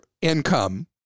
income